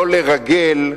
לא לרגל,